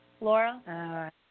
Laura